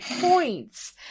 points